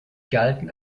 galten